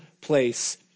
place